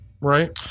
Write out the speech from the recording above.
right